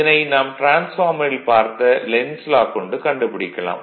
இதனை நாம் டிரான்ஸ்பார்மரில் பார்த்த லென்ஸ் லா கொண்டு கண்டுபிடிக்கலாம்